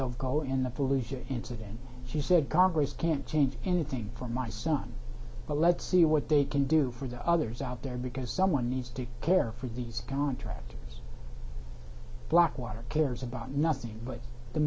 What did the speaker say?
zovko in the pollution incident she said congress can't change anything for my son well let's see what they can do for the others out there because someone needs to care for these contractors blackwater cares about nothing but the